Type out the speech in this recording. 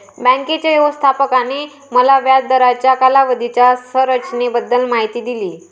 बँकेच्या व्यवस्थापकाने मला व्याज दराच्या कालावधीच्या संरचनेबद्दल माहिती दिली